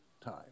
time